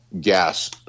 gas